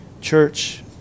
church